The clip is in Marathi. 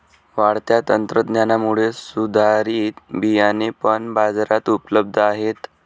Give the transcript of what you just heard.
वाढत्या तंत्रज्ञानामुळे सुधारित बियाणे पण बाजारात उपलब्ध आहेत